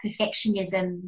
perfectionism